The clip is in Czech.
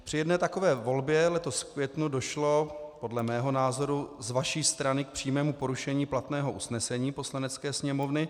Při jedné takové volbě letos v květnu došlo podle mého názoru z vaší strany k přímému porušení platného usnesení Poslanecké sněmovny.